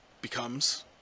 becomes